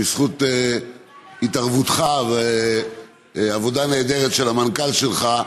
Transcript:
בזכות התערבותך ועבודה נהדרת של המנכ"ל שלך,